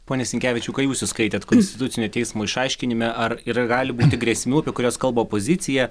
pone sinkevičiau ką jūs įskaitėt konstitucinio teismo išaiškinime ar ir gali būti grėsmių apie kurias kalba opozicija